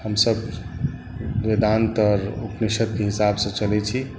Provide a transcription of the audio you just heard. हमसभ वेदान्त और उपनिषदके हिसाब से चलै छी